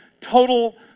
total